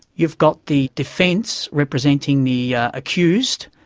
you've got the defence, representing the accused,